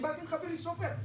דיברתי עם חברי סופר.